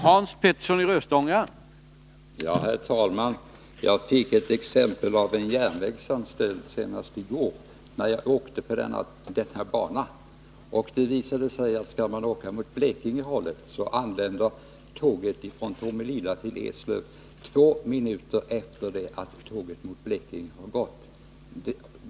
Herr talman! Jag fick ett exempel från en järnvägsanställd senast i går, när jag reste på den aktuella bandelen. Det visade sig att tåget från Tomelilla till Eslöv anlände två minuter efter det att tåget till Blekinge har gått.